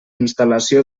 instal·lació